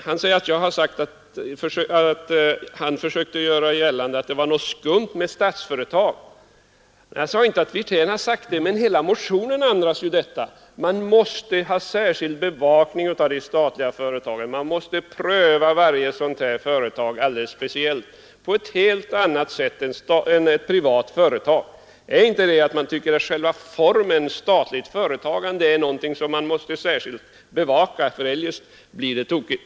Han påstår att jag försökte göra gällande att han skulle ha sagt att det var något skumt med statliga företag. Jag sade inte att herr Wirtén uttryckt sig på det sättet, men hela motionen går ju i den andan; man måste ha en särskild bevakning av de statliga företagen, varje statligt företag måste prövas särskilt noga och på ett helt annat sätt än privata företag. Innebär inte det att man tycker att den statliga företagsformen är någonting som särskilt måste bevakas för att det inte skall bli tokigt?